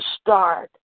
start